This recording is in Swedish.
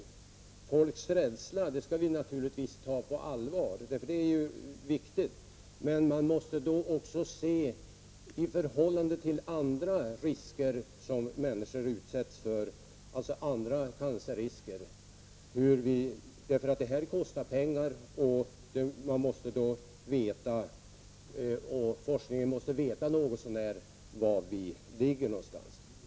Folks rädsla skall vi naturligtvis ta på allvar — det är viktigt. Men man måste då också se det i förhållande till andra cancerrisker som människor utsätts för. Det här kostar pengar, och forskningen måste då veta något så när var vi ligger.